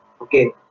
Okay